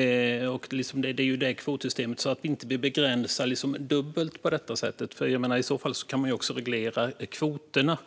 Det får inte bli så att vi begränsar dubbelt på detta sätt. I så fall kan man också reglera kvoterna